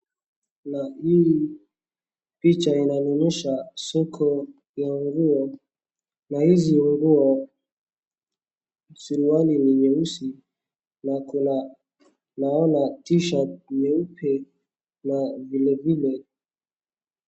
Na hii picha inanionyesha soko ya nguo na hizi nguo silioni ni nyeusi, na naona t-shirt nyeupe vilevile.